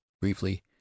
briefly